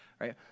right